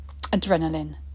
adrenaline